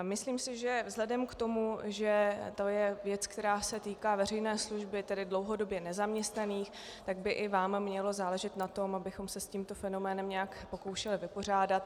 Myslím si, že vzhledem k tomu, že to je věc, která se týká veřejné služby, tedy dlouhodobě nezaměstnaných, tak by i vám mělo záležet na tom, abychom se s tímto fenoménem nějak pokoušeli vypořádat.